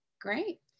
Great